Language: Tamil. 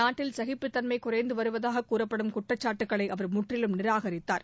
நாட்டில் சகிப்புத்தன்ம குறைந்து வருவதாக கூறப்படும் குற்றச்சாட்டுகளை அவர் முற்றிலும் நிராகரித்தார்